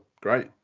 great